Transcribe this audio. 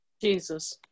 Jesus